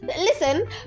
listen